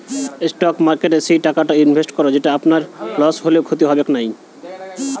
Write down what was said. stock মার্কেটে সেই টাকাটা ইনভেস্ট করো যেটো আপনার লস হলেও ক্ষতি হবেক নাই